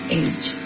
age